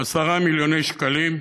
10 מיליוני שקלים.